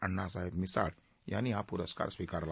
अण्णासाहेब मिसाळ यांनी हा पुरस्कार स्विकारला